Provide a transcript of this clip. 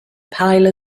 pile